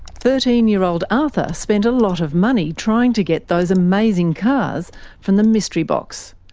thirteen-year-old arthur spent a lot of money trying to get those amazing cars from the mystery box.